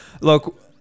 look